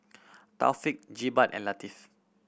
Taufik Jebat and Latif